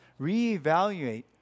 reevaluate